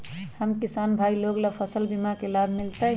हम किसान भाई लोग फसल बीमा के लाभ मिलतई?